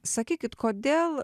sakykit kodėl